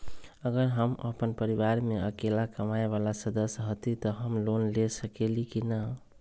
अगर हम अपन परिवार में अकेला कमाये वाला सदस्य हती त हम लोन ले सकेली की न?